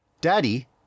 Daddy